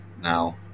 now